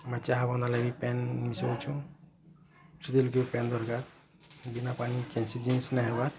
ଆମେ ଚାହା ବନାମା ଲାଗି ପାଏନ୍ ମିଶଉଛୁଁ ସେଥିଲାଗି ବି ପାଏନ୍ ଦରକାର୍ ବିନା ପାନି କେନସି ଜିନିଷ୍ ନାଇଁ ହେବା